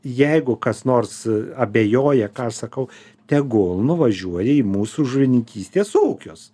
jeigu kas nors abejoja ką aš sakau tegul nuvažiuoja į mūsų žuvininkystės ūkius